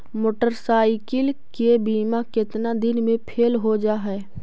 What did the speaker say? Motorcycle के बिमा केतना दिन मे फेल हो जा है?